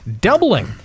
doubling